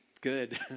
good